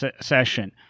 session